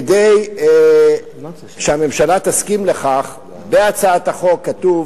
כדי שהממשלה תסכים לכך, בהצעת החוק כתוב